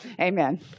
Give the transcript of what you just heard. Amen